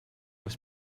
was